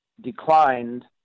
declined